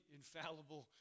infallible